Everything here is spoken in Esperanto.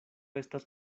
estas